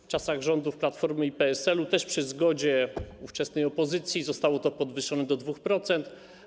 W czasach rządów Platformy i PSL-u, też przy zgodzie ówczesnej opozycji, zostało to podwyższone do 2%.